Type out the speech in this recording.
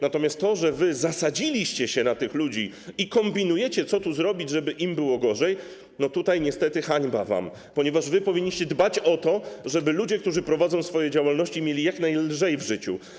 Natomiast wy zasadziliście się na tych ludzi i kombinujecie, co tu zrobić, żeby im było gorzej, i tutaj hańba wam, ponieważ wy powinniście dbać o to, żeby ludzie, którzy prowadzą swoje działalności, mieli jak najlżej w życiu.